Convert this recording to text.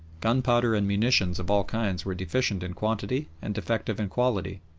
gunpowder and munitions of all kinds were deficient in quantity and defective in quality,